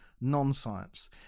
non-science